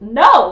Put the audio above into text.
no